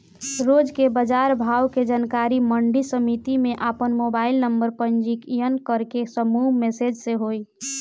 रोज के बाजार भाव के जानकारी मंडी समिति में आपन मोबाइल नंबर पंजीयन करके समूह मैसेज से होई?